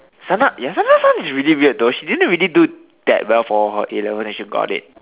Sana ya Sana's one is really weird though she didn't really do that well for her A-level and she got it